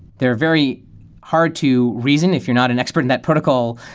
they're very hard to reason, if you're not an expert in that protocol.